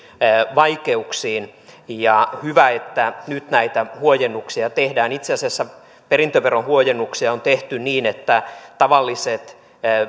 vaikeuksiin hyvä että nyt näitä huojennuksia tehdään itse asiassa perintöveron huojennuksia on tehty niin että tavalliset